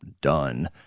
done